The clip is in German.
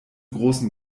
großen